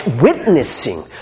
witnessing